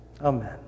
Amen